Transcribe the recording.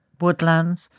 woodlands